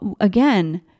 again